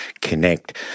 connect